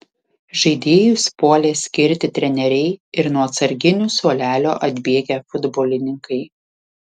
žaidėjus puolė skirti treneriai ir nuo atsarginių suolelio atbėgę futbolininkai